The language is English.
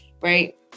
right